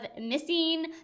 missing